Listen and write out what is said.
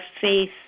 faith